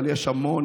אבל יש המון,